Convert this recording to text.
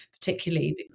particularly